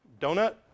Donut